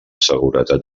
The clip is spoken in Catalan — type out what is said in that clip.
seguretat